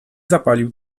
zapalił